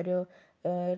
ഒരു